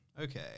Okay